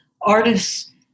artists